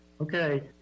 okay